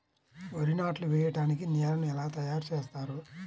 వరి నాట్లు వేయటానికి నేలను ఎలా తయారు చేస్తారు?